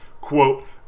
quote